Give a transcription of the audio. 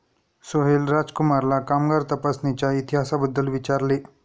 सोहेल राजकुमारला कामगार तपासणीच्या इतिहासाबद्दल विचारले